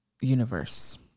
universe